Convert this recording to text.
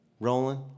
Rolling